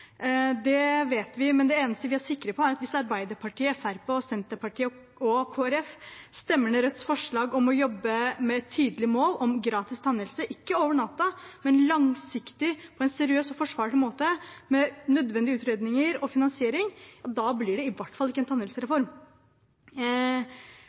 det vet vi. Men det eneste vi er sikre på, er at hvis Arbeiderpartiet, Fremskrittspartiet, Senterpartiet og Kristelig Folkeparti stemmer ned Rødts forslag om å jobbe med et tydelig mål om gratis tannhelse – ikke over natten, men langsiktig på en seriøs og forsvarlig måte, med nødvendige utredninger og finansiering – blir det i hvert fall ikke en